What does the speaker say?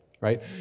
Right